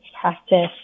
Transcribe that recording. practice